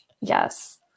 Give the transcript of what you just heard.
Yes